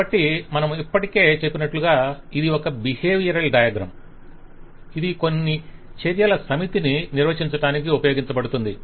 కాబట్టి మనము ఇప్పటికే చెప్పినట్లుగా ఇది ఒక బిహేవియరల్ డయాగ్రమ్ ఇది కొన్ని చర్యల సమితిని నిర్వచించడానికి ఉపయోగించబడుతుంది